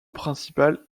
principal